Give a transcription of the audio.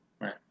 Right